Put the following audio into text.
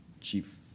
Chief